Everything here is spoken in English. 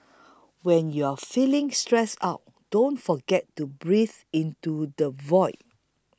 when you are feeling stressed out don't forget to breathe into the void